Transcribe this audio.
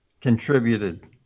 contributed